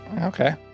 okay